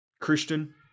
Christian